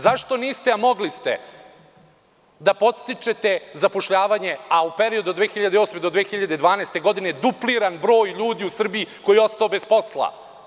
Zašto niste, a mogli ste, da podstičete zapošljavanje, a u periodu od 2008. do 2012. godine je dupliran broj ljudi u Srbiji koji je ostao bez posla?